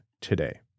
today